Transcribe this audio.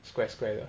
square square